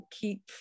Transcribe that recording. keep